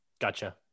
Gotcha